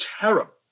terrible